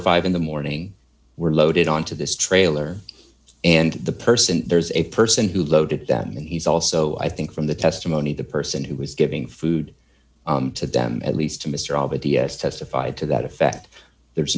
forty five in the morning were loaded on to this trailer and the person there's a person who loaded them and he's also i think from the testimony the person who was giving food to them at least to mr albright the testified to that effect there's